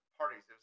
parties